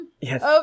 Yes